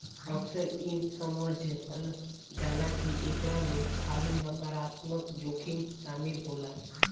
अक्सर इ समझल जाला की एकरा में खाली नकारात्मक जोखिम शामिल होला